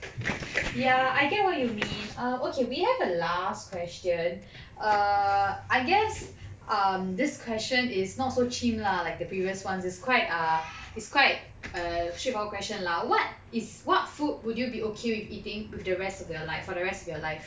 ya I get what you mean um okay we have a last question err I guess um this question is not so cheem lah like the previous ones is quite um is quite a trivial question lah what is what food would you be okay with eating with the rest of their life for the rest of your life